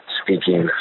speaking